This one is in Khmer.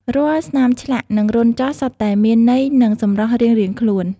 រាល់ស្នាមឆ្លាក់ និងរន្ធចោះសុទ្ធតែមានន័យនិងសម្រស់រៀងៗខ្លួន។